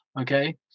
Okay